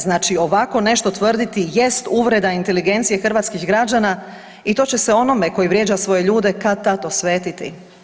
Znači ovako nešto tvrditi jest uvreda inteligencije hrvatskih građana i to će se onome koji vrijeđa svoje ljude kad-tad osvetiti.